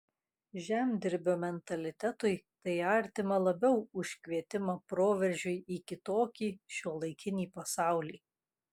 žemdirbio mentalitetui tai artima labiau už kvietimą proveržiui į kitokį šiuolaikinį pasaulį